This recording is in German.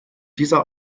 dieser